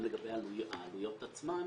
העלויות עצמן,